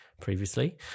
previously